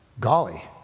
golly